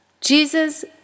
Jesus